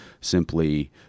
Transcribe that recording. simply